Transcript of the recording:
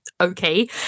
okay